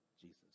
jesus